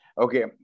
okay